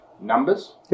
numbers